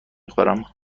خورم